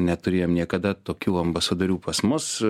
neturėjom niekada tokių ambasadorių pas mus